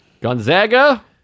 gonzaga